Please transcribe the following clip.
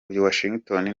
washington